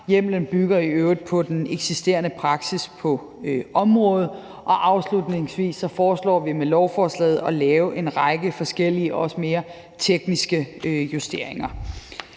Hjemlen bygger i øvrigt på den eksisterende praksis på området. Afslutningsvis foreslår vi med lovforslaget at lave en række forskellige også mere tekniske justeringer.